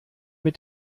mit